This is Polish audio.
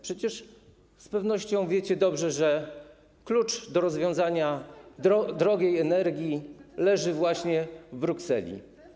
Przecież z pewnością wiecie dobrze, że klucz do rozwiązania drogiej energii leży właśnie w Brukseli.